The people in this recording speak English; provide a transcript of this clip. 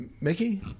Mickey